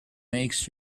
makes